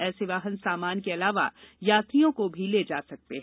ऐसे वाहन सामान के अलावा यात्रियों को भी ले जा सकते हैं